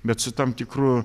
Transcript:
bet su tam tikru